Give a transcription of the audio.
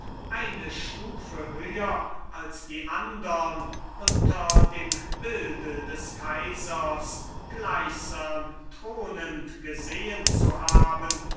eine stufe höher als die andern unter dem bilde des kaisers gleichsam thronend gesehen zu haben